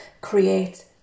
create